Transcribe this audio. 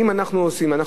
האם אנחנו עושים מספיק?